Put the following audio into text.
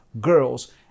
girls